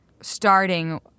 starting